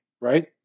right